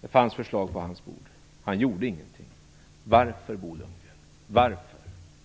Det fanns förslag på hans bord, men han gjorde ingenting. Varför, Bo Lundgren?